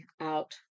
out